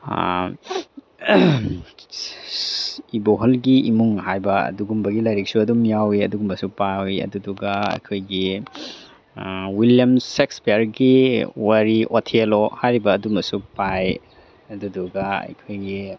ꯏꯕꯣꯍꯜꯒꯤ ꯏꯃꯨꯡ ꯍꯥꯏꯕ ꯑꯗꯨꯒꯨꯝꯕꯒꯤ ꯂꯥꯏꯔꯤꯛꯁꯨ ꯑꯗꯨꯝ ꯌꯥꯎꯋꯤ ꯑꯗꯨꯒꯨꯝꯕꯁꯨ ꯄꯥꯏ ꯑꯗꯨꯗꯨꯒ ꯑꯩꯈꯣꯏꯒꯤ ꯋꯤꯜꯂꯤꯌꯝ ꯁꯦꯛꯁꯄꯤꯌꯔꯒꯤ ꯋꯥꯔꯤ ꯑꯣꯊꯦꯜꯂꯣ ꯍꯥꯏꯔꯤꯕ ꯑꯗꯨꯝꯃꯁꯨ ꯄꯥꯏ ꯑꯗꯨꯗꯨꯒ ꯑꯩꯈꯣꯏꯒꯤ